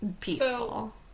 peaceful